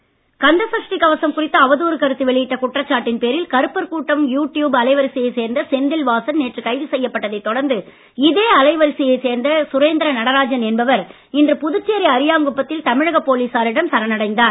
சரண் கந்தசஷ்டி கவசம் குறித்து அவதூறு கருத்து வெளியிட்ட குற்றச்சாட்டின் பேரில் கருப்பர் கூட்டம் யூ டியூப் அலைவரிசையைச் சேர்ந்த செந்தில் வாசன் நேற்று கைது செய்யப்பட்டதைத் தொடர்ந்து இதே அலைவரிசையைச் சேர்ந்த சுரேந்திர நடராஜன் என்பவர் இன்று புதுச்சேரி அரியாங்குப்பத்தில் தமிழக போலீசாரிடம் சரண் அடைந்தார்